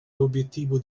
l’obiettivo